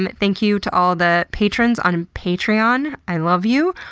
but thank you to all the patrons on patreon. i love you.